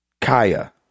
kaya